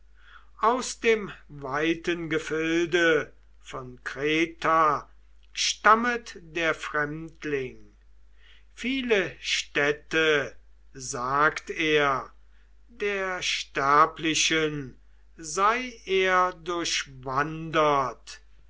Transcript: aus dem weiten gefilde von kreta stammet der fremdling viele städte sagte er der sterblichen sei er durchwandert